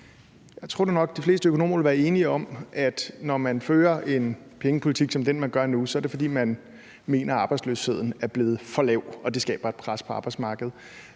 Jeg tror nu nok, de fleste økonomer vil være enige om, at når man fører en pengepolitik som den, man fører nu, så er det, fordi man mener, at arbejdsløsheden er blevet for lav og det skaber et pres på arbejdsmarkedet.